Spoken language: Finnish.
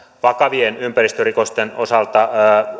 vakavien ympäristörikosten osalta